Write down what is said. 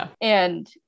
and-